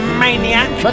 maniac